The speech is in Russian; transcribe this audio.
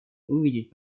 увидеть